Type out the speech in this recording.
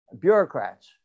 bureaucrats